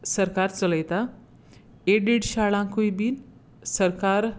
सरकार चलयता ऐडीड शाळांकूय बी सरकार